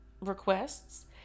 requests